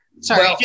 Sorry